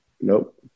Nope